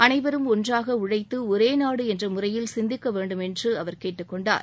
அனைவரும் ஒன்றாக உளழத்து ஒரே நாடு என்ற முறையில் சிந்திக்க வேண்டும் என்று கேட்டுக்கொண்டார்